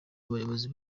abayobozi